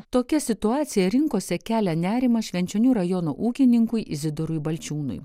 tokia situacija rinkose kelia nerimą švenčionių rajono ūkininkui izidoriui balčiūnui